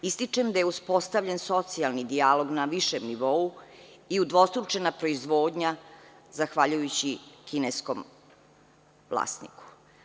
Ističem da je uspostavljen socijalni dijalog na višem nivou i udvostručena proizvodnja zahvaljujući kineskom vlasniku.